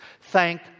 Thank